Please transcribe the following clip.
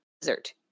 Dessert